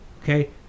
Okay